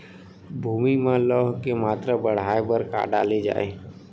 भूमि मा लौह के मात्रा बढ़ाये बर का डाले जाये?